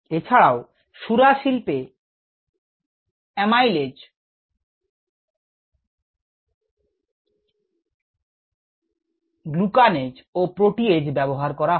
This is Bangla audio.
এছাড়াও সূরা শিল্পে অ্যামাইলেজ গ্লুকানেজ ও প্রোটিয়েজ ব্যবহার করা হয়